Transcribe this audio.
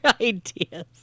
ideas